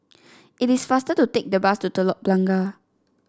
it is faster to take the bus to Telok Blangah